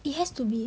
it has to be